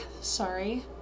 Sorry